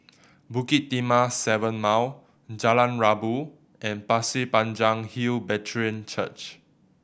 Bukit Timah Seven Mile Jalan Rabu and Pasir Panjang Hill Brethren Church